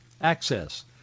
access